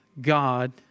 God